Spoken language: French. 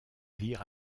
vire